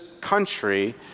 country